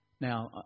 Now